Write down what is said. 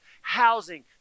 Housing